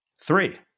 Three